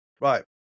right